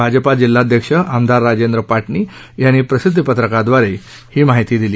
भाजपा जिल्हाध्यक्ष आमदार राजेंद्र पाटणी यांनी प्रसिद्धीपत्रकाद्वारे ही माहिती दिली